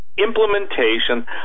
implementation